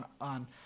on